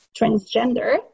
transgender